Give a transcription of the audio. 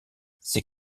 ses